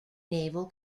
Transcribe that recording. naval